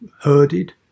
herded